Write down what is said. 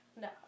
no